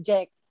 Jack